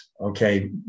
okay